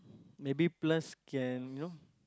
maybe plus can you know